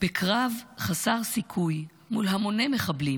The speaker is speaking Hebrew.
בקרב חסר סיכוי מול המוני מחבלים,